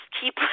keep